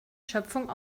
schöpfung